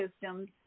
systems